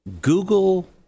Google